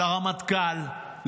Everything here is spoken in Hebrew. לרמטכ"ל,